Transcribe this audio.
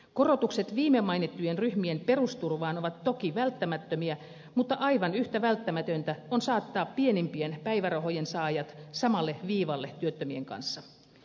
korotukset viimemainittujen ryhmien perusturvaan ovat toki välttämättömiä mutta aivan yhtä välttämätöntä on saattaa pienimpien päivärahojen saajat samalle viivalle työttömien kanssa